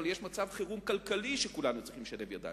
אבל יש מצב חירום כלכלי שכולנו צריכים לשלב ידיים.